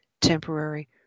temporary